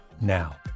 now